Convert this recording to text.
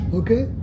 okay